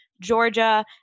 Georgia